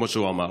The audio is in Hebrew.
כמו שהוא אמר.